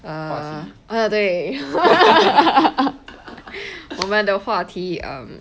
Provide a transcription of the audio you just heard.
uh 对我们的话题 um